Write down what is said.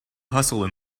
hustle